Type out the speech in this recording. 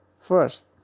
First